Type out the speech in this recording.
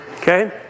Okay